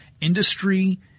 industry